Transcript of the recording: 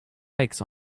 hikes